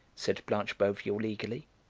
said blanche boveal eagerly,